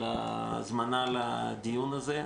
על ההזמנה לדיון הזה.